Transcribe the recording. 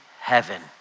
heaven